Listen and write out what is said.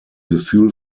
gefühl